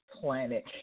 planet